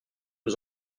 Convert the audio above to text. aux